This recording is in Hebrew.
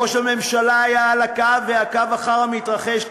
ראש הממשלה היה על הקו ועקב אחר המתרחש,